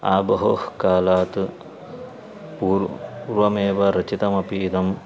आबहो कालात् पूर्वं पूर्वमेव रचितमपि इदम्